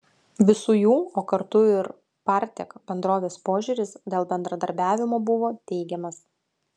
visų jų o kartu ir partek bendrovės požiūris dėl bendradarbiavimo buvo teigiamas